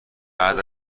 بعد